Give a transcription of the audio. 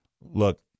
Look